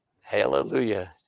Hallelujah